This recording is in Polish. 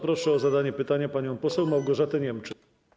Proszę o zadanie pytania panią poseł Małgorzatę Niemczyk.